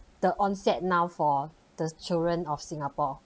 the onset now for the children of singapore